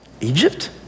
Egypt